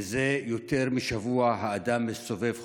זה יותר משבוע האדם מסתובב חופשי,